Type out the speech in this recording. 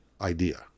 idea